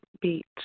beat